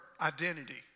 identity